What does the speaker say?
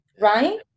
right